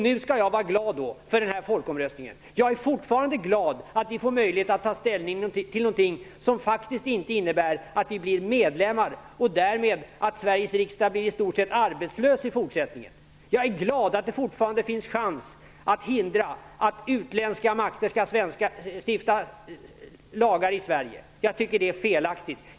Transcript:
Nu ska jag vara glad för den här folkomröstningen. Jag är fortfarande glad att vi får möjlighet att ta ställning till någonting som faktiskt inte innebär att vi blir medlemmar vilket skulle innebära att Sveriges riksdag därmed skulle bli i stort sett arbetslös i fortsättningen. Jag är glad att det fortfarande finns chans att hindra utländska makter från att stifta lagar i Sverige. Det vore felaktigt.